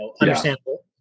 understandable